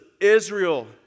Israel